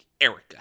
Erica